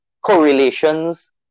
Correlations